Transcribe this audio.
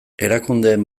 erakundeen